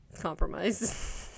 Compromise